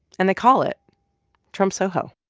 and they call it trump soho